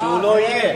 שהוא לא יהיה.